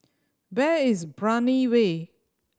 where is Brani Way